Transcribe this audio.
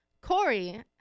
Corey